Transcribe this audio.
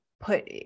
put